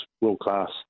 world-class